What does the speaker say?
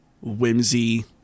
whimsy